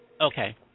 Okay